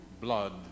blood